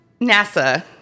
NASA